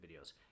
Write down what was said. videos